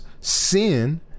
sin